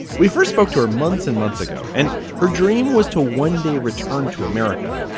we first spoke to her months and months ago and her dream was to one day return to america,